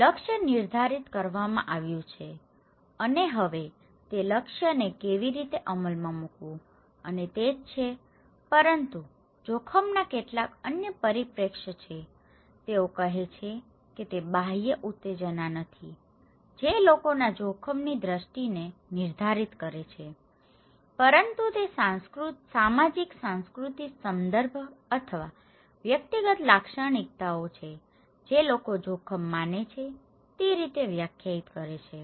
તેથી લક્ષ્ય નિર્ધારિત કરવામાં આવ્યું છે અને હવે તે લક્ષ્યને કેવી રીતે અમલમાં મૂકવું અને તે જ છે પરંતુ જોખમના કેટલાક અન્ય પરિપ્રેક્ષ્ય છે તેઓ કહે છે કે તે બાહ્ય ઉત્તેજના નથી જે લોકોના જોખમની દ્રષ્ટિને નિર્ધારિત કરે છે પરંતુ તે સામાજિક સાંસ્કૃતિક સંદર્ભ અથવા વ્યક્તિગત લાક્ષણિકતાઓ છે જે લોકો જોખમ માને છે તે રીતે વ્યાખ્યાયિત કરે છે